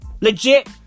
Legit